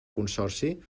consorci